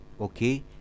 okay